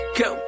go